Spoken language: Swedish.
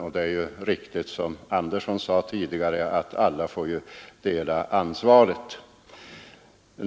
Och som herr Andersson i Nybro sade får alla där dela ansvaret.